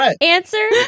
answer